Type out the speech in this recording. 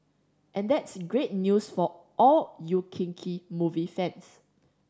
and that's great news for all you kinky movie fans